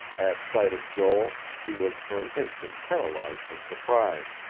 at sight of joel, he was for an instant paralyzed with surprise.